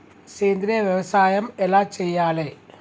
సేంద్రీయ వ్యవసాయం ఎలా చెయ్యాలే?